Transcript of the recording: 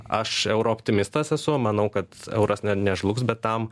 aš euro optimistas esu manau kad euras ne nežlugs bet tam